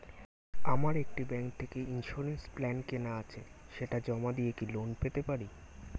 আমার একটি ব্যাংক থেকে ইন্সুরেন্স প্ল্যান কেনা আছে সেটা জমা দিয়ে কি লোন পেতে পারি?